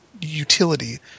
utility